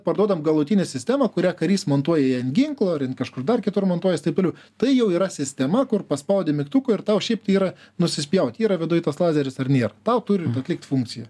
parduodam galutinę sistemą kurią karys montuoja ją ant ginklo ar jin kažkur dar kitur montuojas taip toliau tai jau yra sistema kur paspaudi mygtuką ir tau šiaip tai yra nusispjauti yra viduj tas lazeris ar nėra tau turi atlikt funkciją